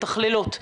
מתכללות,